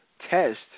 test